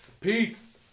Peace